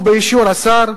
ובאישור השר,